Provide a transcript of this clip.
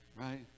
Right